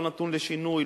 לא נתון לשינוי,